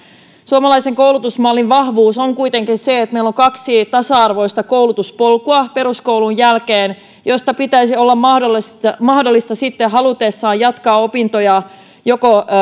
suomalaisen koulutusmallin vahvuus on kuitenkin se että meillä on kaksi tasa arvoista koulutuspolkua peruskoulun jälkeen joista pitäisi olla mahdollista mahdollista sitten halutessaan jatkaa opintoja joko